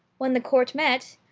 when the court met,